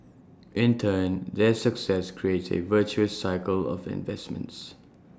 in turn their success creates A virtuous cycle of investments